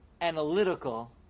analytical